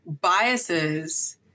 biases